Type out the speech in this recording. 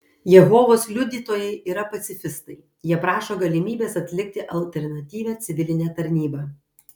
jehovos liudytojai yra pacifistai jie prašo galimybės atlikti alternatyvią civilinę tarnybą